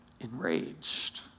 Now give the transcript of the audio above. enraged